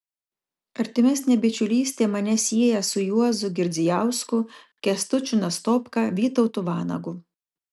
artimesnė bičiulystė mane sieja su juozu girdzijausku kęstučiu nastopka vytautu vanagu